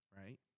right